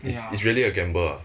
is it's really a gamble